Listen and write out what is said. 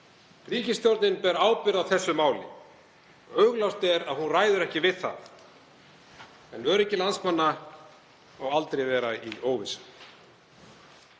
Ríkisstjórnin ber ábyrgð á þessu máli. Augljóst er að hún ræður ekki við það. En öryggi landsmanna má aldrei vera í óvissu.